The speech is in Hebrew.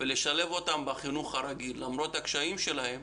ולשלב אותם בחינוך הרגיל למרות הקשיים שלהם